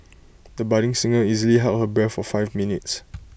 the budding singer easily held her breath for five minutes